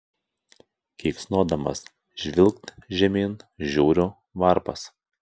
keiksnodamas žvilgt žemyn žiūriu varpas